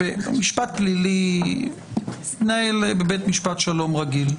משפט פלילי מתנהל בבית משפט שלום רגיל.